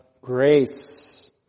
grace